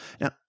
Now